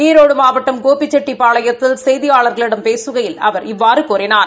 ஈரோடு மாவட்டம் கோபிச்செட்டிபாளையத்தில் செய்தியாளர்களிடம் பேசுகையில் அவர் இவ்வாறு கூறினார்